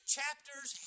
Chapters